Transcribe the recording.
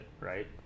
right